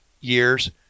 years